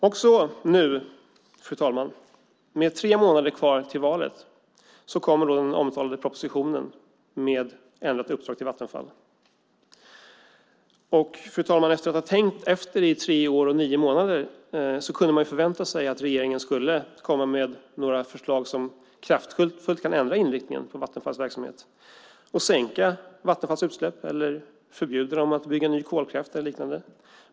Och nu, fru talman, med tre månader kvar till valet, kommer då den omtalade propositionen med ändrat uppdrag till Vattenfall. Fru talman! Efter att regeringen tänkt efter i tre år och nio månader kunde man förvänta sig att regeringen skulle komma med några förslag som kraftfullt kan ändra inriktningen för Vattenfalls verksamhet och sänka Vattenfalls utsläpp eller förslag som innebär att man förbjuder dem att bygga ny kolkraft eller liknande.